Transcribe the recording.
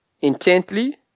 intently